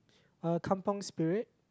uh Kampung Spirit